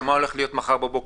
ומה הולך להיות מחר בבוקר.